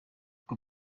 uko